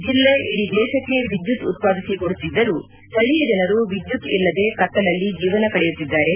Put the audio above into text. ಜಿಲ್ಲೆ ಇಡೀ ದೇಶಕ್ಕೆ ವಿದ್ಯುತ್ ಉತ್ಪಾದಿಸಿ ಕೊಡುತ್ತಿದ್ದರೂ ಸ್ಥಳೀಯ ಜನರು ವಿದ್ಲುತ್ ಇಲ್ಲದೇ ಕತ್ತಲಲ್ಲಿ ಜೀವನ ಕಳೆಯುತ್ತಿದ್ದಾರೆ